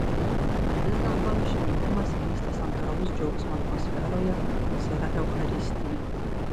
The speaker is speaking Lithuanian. ir vis dėlto šventimas vyksta santūraus džiaugsmo atmosferoje nes yra eucharistija